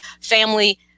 family